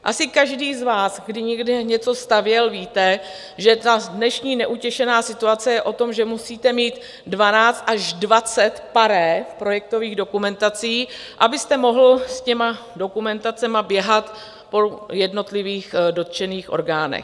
Asi každý z vás, kdo někdy něco stavěl, víte, že dnešní neutěšená situace je o tom, že musíte mít dvanáct až dvacet pare projektových dokumentací, abyste mohl s těmi dokumentacemi běhat po jednotlivých dotčených orgánech.